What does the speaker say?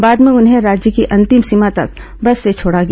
बाद में उन्हें राज्य की अंतिम सीमा तक बस से छोड़ा गया